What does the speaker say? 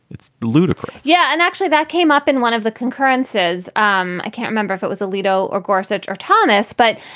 it's ludicrous yeah. and actually, that came up in one of the concurrences. um i can't remember if it was alito or gorsuch or thomas, but,